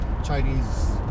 Chinese